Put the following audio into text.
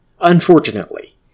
Unfortunately